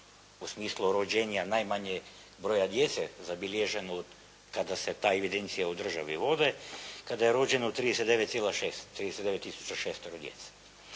u smislu rođenja najmanjeg broja djece zabilježeno od kada se ta evidencija u državi vodi, kada je rođeno 39,6, 39